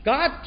God